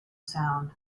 sound